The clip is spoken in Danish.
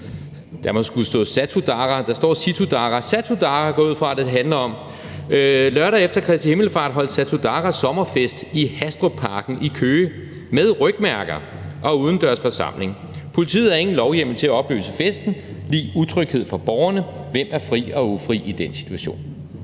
Jeg synes, I – altså os i Venstre – har en dårlig sag. Lørdag efter Kristi himmelfartsdag holdt Satudarah sommerfest i Hastrupparken i Køge med rygmærker og udendørs forsamling. Politiet havde ingen lovhjemmel til at opløse festen = utryghed for borgerne. Hvem er fri og ufri i den situation?